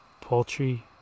Poultry